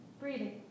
breathing